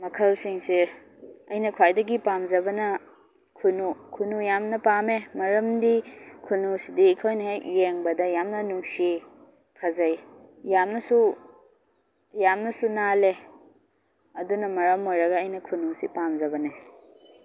ꯃꯈꯜꯁꯤꯡꯁꯦ ꯑꯩꯅ ꯈ꯭ꯋꯥꯏꯗꯒꯤ ꯄꯥꯝꯖꯕꯅ ꯈꯨꯟꯅꯨ ꯈꯨꯟꯅꯨ ꯌꯥꯝꯅ ꯄꯥꯝꯃꯦ ꯃꯔꯝꯗꯤ ꯈꯨꯟꯅꯨ ꯁꯤꯗꯤ ꯑꯩꯈꯣꯏꯅ ꯍꯦꯛ ꯌꯦꯡꯕꯗ ꯌꯥꯝꯅ ꯅꯨꯡꯁꯤ ꯐꯖꯩ ꯌꯥꯝꯅꯁꯨ ꯌꯥꯝꯅꯁꯨ ꯅꯥꯜꯂꯦ ꯑꯗꯨꯅ ꯃꯔꯝ ꯑꯣꯏꯔꯒ ꯑꯩꯅ ꯈꯨꯟꯅꯨꯁꯤ ꯄꯥꯝꯖꯕꯅꯦ